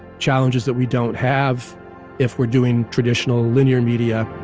challenges that we don't have if we're doing traditional linear media